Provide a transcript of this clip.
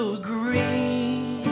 agree